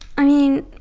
i mean,